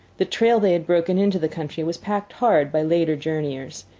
the trail they had broken into the country was packed hard by later journeyers.